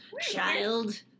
child